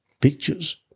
pictures